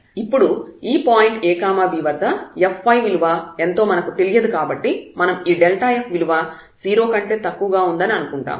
ఇప్పుడు ఈ point a b వద్ద fy విలువ ఎంతో మనకు తెలియదు కాబట్టి మనం ఈ f విలువ 0 కంటే తక్కువగా ఉందని అనుకుంటాము